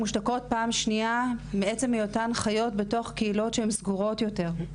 הן מושתקות פעם שנייה מעצם היותן חיות בתוך קהילות שהן סגורות יותר,